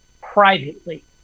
privately